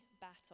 battle